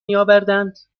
میآورند